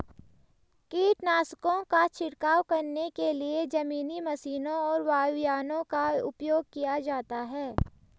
कीटनाशकों का छिड़काव करने के लिए जमीनी मशीनों और वायुयानों का उपयोग किया जाता है